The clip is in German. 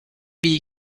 wie